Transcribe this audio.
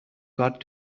got